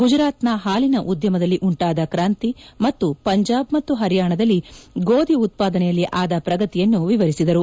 ಗುಜರಾತ್ನ ಹಾಲಿನ ಉದ್ಯಮದಲ್ಲಿ ಉಂಟಾದ ಕ್ರಾಂತಿ ಮತ್ತು ಪಂಜಾಬ್ ಮತ್ತು ಪರ್ಯಾಣದಲ್ಲಿ ಗೋಧಿ ಉತ್ಪಾದನೆಯಲ್ಲಿ ಆದ ಪ್ರಗತಿಯನ್ನು ವಿವರಿಸಿದರು